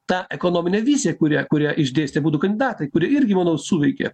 ta ekonominė vizija kurią kurią išdėstė abudu kandidatai kuri irgi manau suveikė